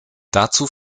dazu